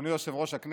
הלאומי של מדינת